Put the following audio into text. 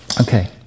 Okay